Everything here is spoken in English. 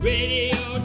Radio